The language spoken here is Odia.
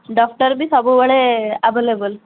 ଡକ୍ଟର୍ ବି ସବୁବେଳେ ଆଭେଲେବଲ୍